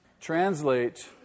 translate